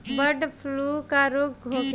Bird flu का रोग होखे?